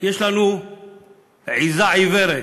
יש לנו עיזה עיוורת.